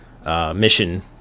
Mission